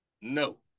No